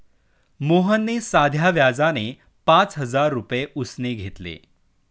मोहनने साध्या व्याजाने पाच हजार रुपये उसने घेतले